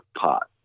pot